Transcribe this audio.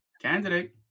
candidate